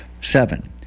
Seven